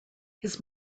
his